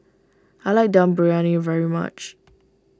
I like Dum Briyani very much